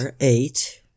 eight